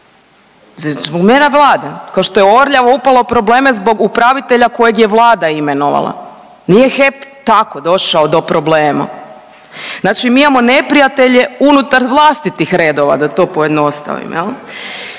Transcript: zbog mjera Vlade. Kao što je Orljava upala u probleme zbog upravitelja kojeg je Vlada imenovala. Nije HEP tako došao do problema. Znači mi imamo neprijatelje unutar vlastitih redova da to pojednostavim